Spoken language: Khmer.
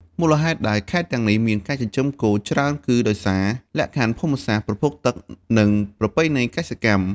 មូលហេតុដែលខេត្តទាំងនេះមានការចិញ្ចឹមគោច្រើន គឺដោយសារ លក្ខខណ្ឌភូមិសាស្ត្រ ប្រភពទឹក និងប្រពៃណីកសិកម្ម។